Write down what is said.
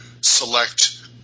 select